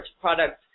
product